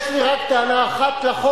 אתה מייצג את חברי הכנסת